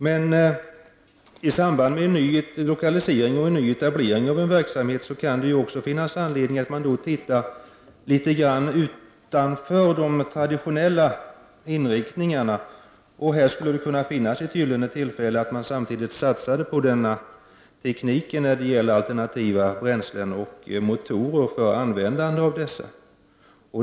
Men i samband med en ny lokalisering och etablering av en verksamhet kan det även finnas anledning att man ser litet grand utanför de traditionella inriktningarna. I detta sammanhang skulle det kunna finnas ett gyllene tillfälle att samtidigt satsa på teknik när det gäller alternativa bränslen och motorer för användande av dessa.